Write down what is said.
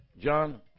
John